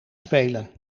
spelen